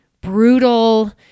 brutal